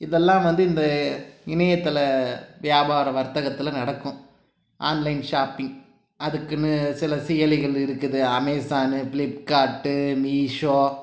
இதெல்லாம் வந்து இந்த இணையதள வியாபார வர்த்தகத்தில் நடக்கும் ஆன்லைன் ஷாப்பிங் அதுக்குனு சில செயலிகள் இருக்குது அமேஸானு ஃபிளிப்கார்ட்டு மீஸோ